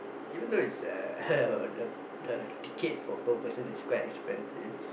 even though it's uh the the ticket for per person is quite expensive